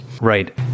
Right